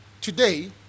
today